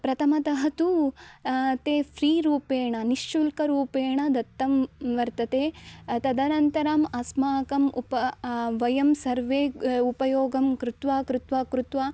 प्रथमतः तु ते फ़्री रूपेण निःशुल्करूपेण दत्तं वर्तते तदनन्तरम् अस्माकम् उप वयं सर्वे उपयोगं कृत्वा कृत्वा कृत्वा